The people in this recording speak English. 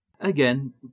Again